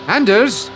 Anders